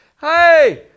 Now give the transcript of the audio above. Hey